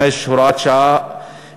12) (הוספת ימי חופשה לפי בחירת העובד),